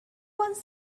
was